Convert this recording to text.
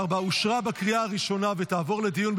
הוראת שעה,